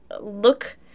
look